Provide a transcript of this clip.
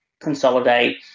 consolidate